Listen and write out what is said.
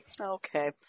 Okay